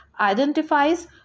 Identifies